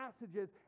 passages